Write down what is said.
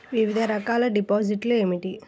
వివిధ రకాల డిపాజిట్లు ఏమిటీ?